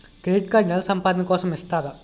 Credit card నెల సంపాదన కోసం ఇస్తారా?